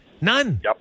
None